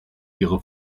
ihre